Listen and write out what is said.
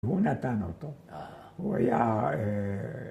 ‫הוא נתן אותו. הוא היה אה...